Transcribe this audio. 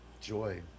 Joy